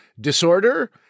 disorder